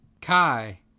kai